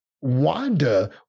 Wanda